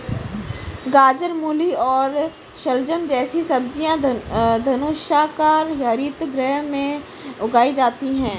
गाजर, मूली और शलजम जैसी सब्जियां धनुषाकार हरित गृह में उगाई जाती हैं